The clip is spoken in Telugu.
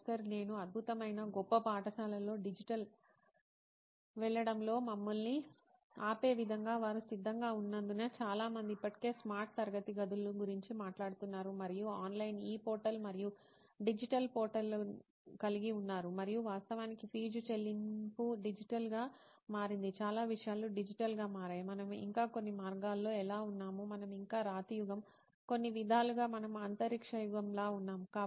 ప్రొఫెసర్ నేను అద్భుతమైన గొప్ప పాఠశాలల్లో డిజిటల్ వెళ్ళడంలో మమ్మల్ని ఆపే విధంగా వారు సిద్ధంగా ఉన్నందున చాలా మంది ఇప్పటికే స్మార్ట్ తరగతి గదుల గురించి మాట్లాడుతున్నారు మరియు ఆన్లైన్ ఇ పోర్టల్ మరియు డిజిటల్ పోర్టల్లను కలిగి ఉన్నారు మరియు వాస్తవానికి ఫీజు చెల్లింపు డిజిటల్గా మారింది చాలా విషయాలు డిజిటల్గా మారాయి మనం ఇంకా కొన్ని మార్గాల్లో ఎలా ఉన్నాము మనం ఇంకా రాతియుగం కొన్ని విధాలుగా మనం అంతరిక్ష యుగం లా ఉన్నాము